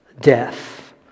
death